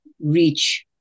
reach